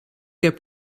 heb